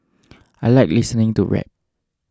I like listening to rap